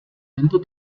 tento